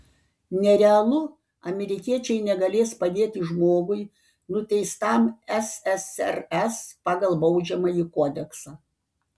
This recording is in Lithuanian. nerealu amerikiečiai negalės padėti žmogui nuteistam ssrs pagal baudžiamąjį kodeksą